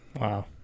Wow